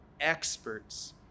experts